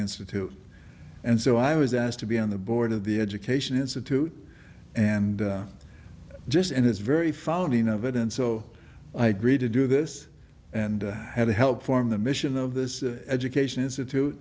institute and so i was asked to be on the board of the education institute and just and it's very founding of it and so i agreed to do this and had to help form the mission of this education institute